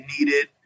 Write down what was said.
needed